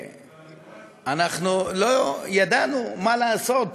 שאנחנו לא ידענו מה לעשות